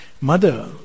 Mother